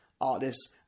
artists